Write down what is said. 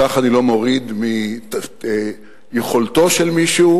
בכך אני לא מוריד מיכולתו של מישהו.